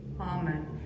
Amen